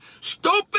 Stupid